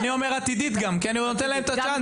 אני אומר עתידית, כי אני נותן להם את הצ'אנס.